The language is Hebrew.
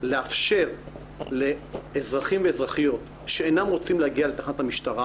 לאפשר לאזרחים ואזרחיות שאינם רוצים להגיע לתחנת המשטרה